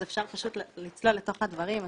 אז אפשר פשוט לצלול לתוך הדברים.